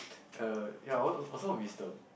uh yeah al~ also wisdom